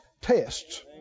Tests